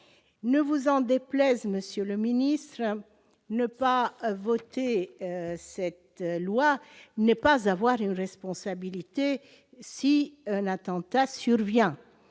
Ne vous en déplaise, monsieur le ministre d'État, ne pas voter cette loi n'est pas avoir une responsabilité, si un attentat survient.